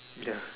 ya